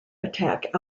attack